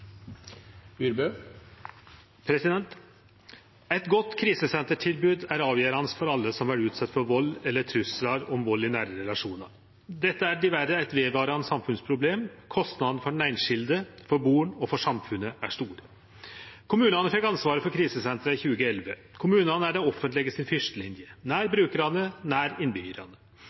avgjerande for alle som vert utsette for vald eller trugsel om vald i nære relasjonar. Dette er diverre eit vedvarande samfunnsproblem. Kostnadene for den einskilde, barn og samfunnet er store. Kommunane fekk ansvaret for krisesentra i 2011. Kommunane er det offentlege si fyrsteline – nær brukarane, nær